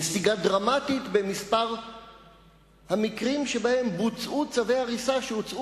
ונסיגה דרמטית במספר המקרים שבהם בוצעו צווי הריסה שהוצאו